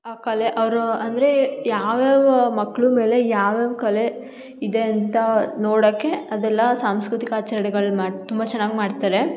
ಆ ಕಲೆ ಅವರು ಅಂದರೆ ಯಾವ್ಯಾವ ಮಕ್ಳ ಮೇಲೆ ಯಾವ್ಯಾವ ಕಲೆ ಇದೆ ಅಂತ ನೋಡಕ್ಕೆ ಅದೆಲ್ಲ ಸಾಂಸ್ಕೃತಿಕ ಆಚರ್ಣೆಗಳ್ನ ಮಾತ್ ತುಂಬ ಚೆನ್ನಾಗಿ ಮಾಡ್ತಾರೆ